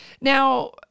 Now